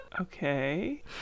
Okay